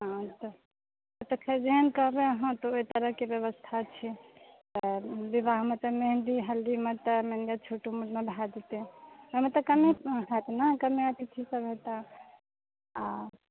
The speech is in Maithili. हँ तऽ ओ तऽ खैर जेहन कहबै अहाँ तऽ ओहि तरहके व्यवस्था छै तऽ विवाहमे तऽ मेहन्दी हलदीमे तऽ मानि लिअ जे छोटो मोटमे भए जेतै ओहिमे तऽ कमे होयत ने कमे अतिथिसभ होयता आ